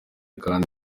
kandi